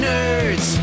Nerds